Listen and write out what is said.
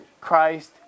Christ